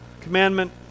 commandment